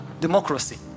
democracy